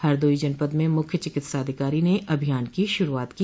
हरदोई जनपद में मुख्य चिकित्साधिकारी ने अभियान की श्ररूआत की